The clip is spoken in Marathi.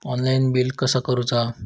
ऑनलाइन बिल कसा करुचा?